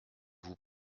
vous